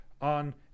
on